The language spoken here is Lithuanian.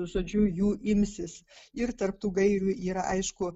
žodžiu jų imsis ir tarp tų gairių yra aišku